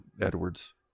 Edwards